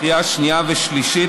לקריאה שנייה ושלישית,